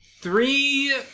three